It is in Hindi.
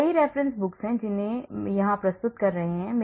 कई references books हैं जिन्हें मैं यहां प्रस्तुत कर रहा हूं